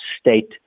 state